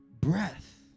breath